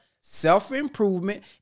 self-improvement